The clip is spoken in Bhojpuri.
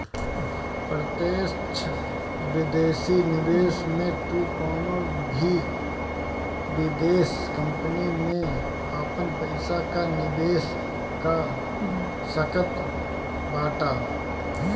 प्रत्यक्ष विदेशी निवेश में तू कवनो भी विदेश कंपनी में आपन पईसा कअ निवेश कअ सकत बाटअ